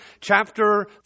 chapter